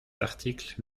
article